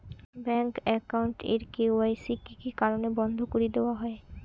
Bank account এর KYC কি কি কারণে বন্ধ করি দেওয়া হয়?